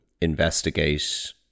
investigate